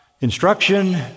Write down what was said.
instruction